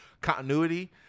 continuity